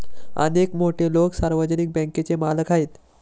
अनेक मोठे लोकं सार्वजनिक बँकांचे मालक आहेत